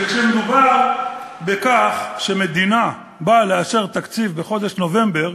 שכשמדובר בכך שמדינה באה לאשר תקציב בחודש נובמבר,